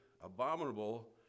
abominable